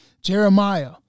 Jeremiah